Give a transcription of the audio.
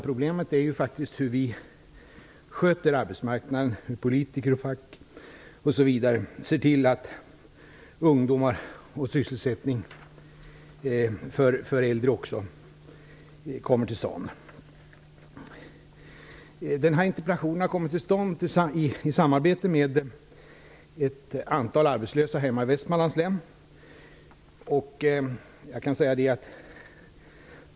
Problemet är faktiskt hur vi politiker, facket, m.fl. sköter arbetsmarknaden, hur vi ser till att sysselsättning kommer till stånd för både ungdomar och äldre. Den här interpellationen har kommit till stånd i samarbete med ett antal arbetslösa hemma i Västmanlands län.